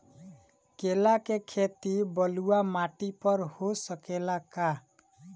केला के खेती बलुआ माटी पर हो सकेला का?